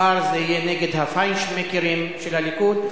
מחר זה יהיה נגד ה"פיינשמקרים" של הליכוד.